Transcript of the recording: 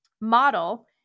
model